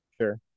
Sure